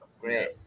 Great